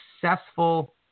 successful